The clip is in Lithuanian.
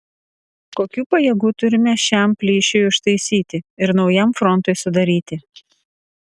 kokių pajėgų turime šiam plyšiui užtaisyti ir naujam frontui sudaryti